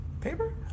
paper